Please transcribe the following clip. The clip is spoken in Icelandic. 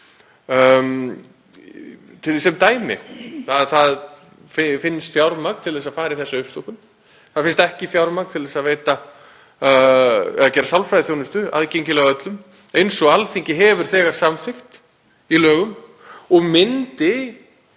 Ég tek sem dæmi að það finnst fjármagn til að fara í þessa uppstokkun. Það finnst ekki fjármagn til að gera sálfræðiþjónustu aðgengilega öllum, eins og Alþingi hefur þegar samþykkt í lögum og myndi